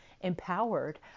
empowered